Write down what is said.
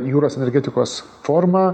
jūros energetikos forumą